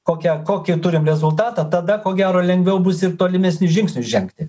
kokia kokį turim rezultatą tada ko gero lengviau bus ir tolimesnius žingsnius žengti